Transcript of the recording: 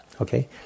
Okay